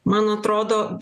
man atrodo